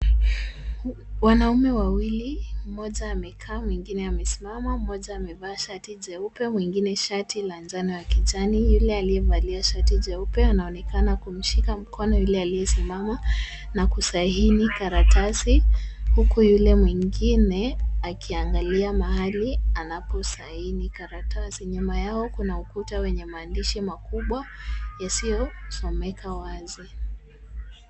Wanaume wawili, mmoja amekaa mwingine amesimama, mmoja amevaa shati jeupe mwingine shati la njano ya kijani. Yule aliyevalia shati jeupe anaonekana kumshika mkono yule aliyesimama na kusaini karatasi huku yule mwingine akiangalia mahali anaposaini karatasi. Nyuma yao kuna ukuta wenye maandishi makubwa yasiyosomeka wazi.